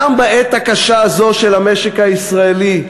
גם בעת הקשה הזאת של המשק הישראלי.